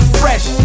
fresh